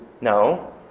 No